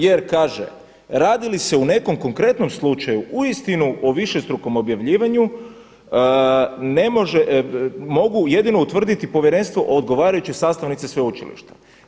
Jer kaže: „Radi li se u nekom konkretnom slučaju uistinu o višestrukom objavljivanju ne može, mogu jedino utvrditi Povjerenstvo o odgovarajuće sastavnice sveučilišta.